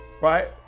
Right